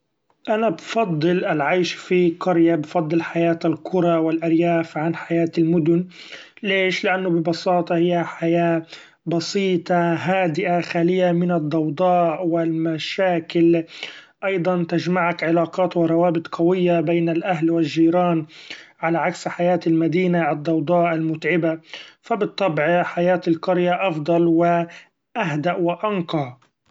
أنا بفضل العيش في قرية بفضل حياة القري والارياف عن حياة المدن ليش ؛ لأنو ببساطة هي حياة بسيطة هادئة خالية من الضوضاء و المشاكل ، ايضا تجمعك علاقات و روابط قوية بين الأهل و الجيران علي عكس حياة المدينة الضوضاء المتعبة ، ف بالطبع حياة القرية أفضل و أهدأ و أتقي.